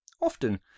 Often